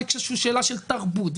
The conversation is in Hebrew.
זאת שאלה של תרבות,